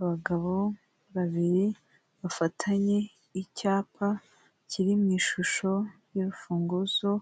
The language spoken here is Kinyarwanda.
Abagabo babiri bafatanye icyapa kiri mu ishusho y'urufunguzo,